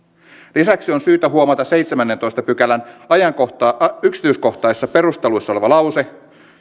lisäksi on syytä huomata seitsemännentoista pykälän yksityiskohtaisissa perusteluissa oleva lause